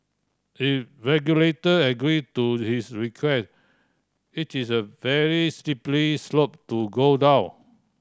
if regulator agree to this request it is a very slippery slope to go down